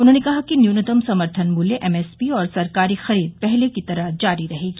उन्होंने कहा कि न्यूनतम समर्थन मूल्य एमएसपी और सरकारी खरीद पहले की तरह जारी रहेगी